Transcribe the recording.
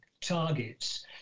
targets